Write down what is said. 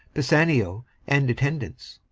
pisanio, and attendants